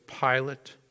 Pilate